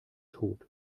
tod